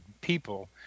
people